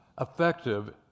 effective